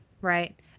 right